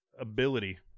ability